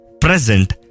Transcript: present